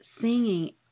singing